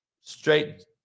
straight